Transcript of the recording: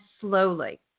slowly